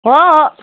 हो हो